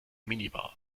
minibar